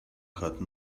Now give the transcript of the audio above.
have